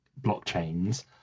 blockchains